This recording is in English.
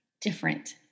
different